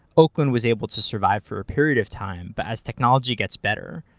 oakland was able to survive for a period of time, but as technology gets better,